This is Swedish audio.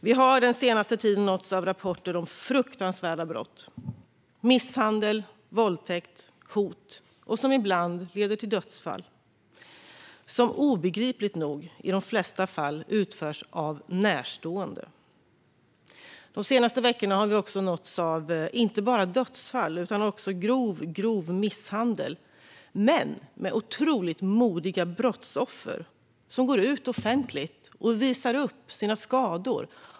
Vi har den senaste tiden nåtts av rapporter om fruktansvärda brott - misshandel, våldtäkt och hot - som ibland leder till dödsfall och som, obegripligt nog, i de flesta fall utförs av närstående. De senaste veckorna har vi också nåtts av rapporter inte bara om dödsfall utan även om mycket grov misshandel. Det finns dock brottsoffer som är så otroligt modiga att de går ut offentligt och visar upp sina skador.